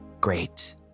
Great